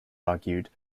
argued